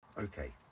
Okay